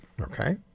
okay